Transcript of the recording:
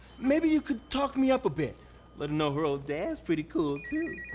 maybe you could talk me up a bit? let him know her old dad's pretty cool too!